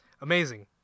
Amazing